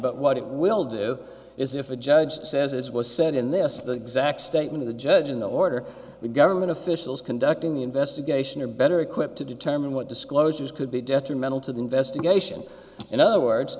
but what it will do is if a judge says as was said in this the exact statement of the judge in the order the government officials conducting the investigation are better equipped to determine what disclosures could be detrimental to the investigation in other words